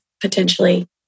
potentially